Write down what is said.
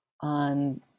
on